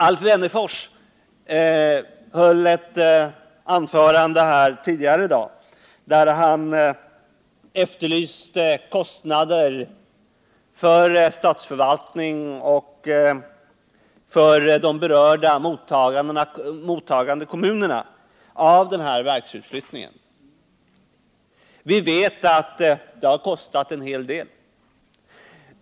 Alf Wennerfors höll ett anförande här tidigare i dag, där han efterlyste uppgift om kostnaderna för statsförvaltningen och för de berörda mottagande kommunerna av verksutflyttningen. Vi vet att det har kostat en hel del.